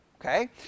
Okay